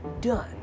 done